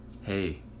hey